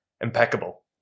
impeccable